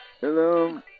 Hello